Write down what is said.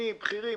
קצינים בכירים,